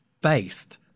based